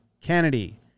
Kennedy